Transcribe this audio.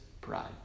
pride